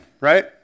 right